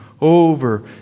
over